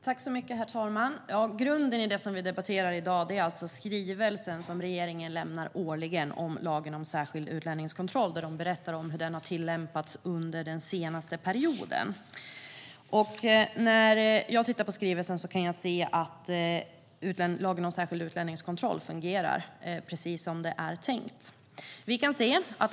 Herr talman! Grunden för det som vi debatterar i dag är alltså skrivelsen som regeringen lämnar årligen om lagen om särskild utlänningskontroll och hur den har tillämpats under den senaste perioden. I skrivelsen kan jag se att lagen om särskild utlänningskontroll fungerar precis så som det är tänkt.